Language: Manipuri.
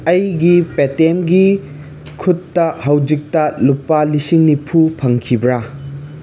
ꯑꯩꯒꯤ ꯄꯦ ꯇꯤ ꯑꯦꯝꯒꯤ ꯈꯨꯠꯇ ꯍꯧꯖꯤꯛꯇ ꯂꯨꯄꯥ ꯂꯤꯁꯤꯡ ꯅꯤꯐꯨ ꯐꯪꯈꯤꯕ꯭ꯔꯥ